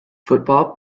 football